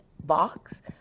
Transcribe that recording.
box